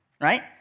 right